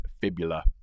fibula